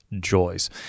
joys